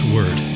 Word